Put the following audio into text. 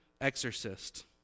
exorcist